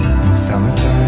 Summertime